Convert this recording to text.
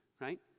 right